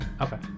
Okay